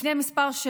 לפני שנים מספר,